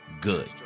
good